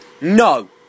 No